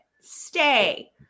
Stay